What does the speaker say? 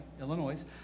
Illinois